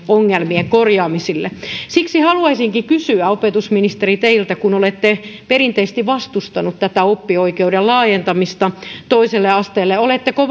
ongelmien korjaamisille siksi haluaisinkin kysyä opetusministeri teiltä kun olette perinteisesti vastustanut tätä oppioikeuden laajentamista toiselle asteelle oletteko